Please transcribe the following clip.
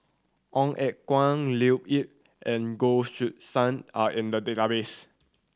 Ong Eng Guan Leo Yip and Goh Choo San are in the database